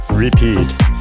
Repeat